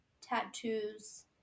tattoos